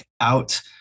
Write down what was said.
out